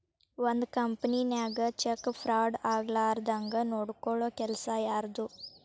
ಒಂದ್ ಕಂಪನಿನ್ಯಾಗ cheque fraud ಆಗ್ಲಾರ್ದಂಗ್ ನೊಡ್ಕೊಲ್ಲೊ ಕೆಲಸಾ ಯಾರ್ದು?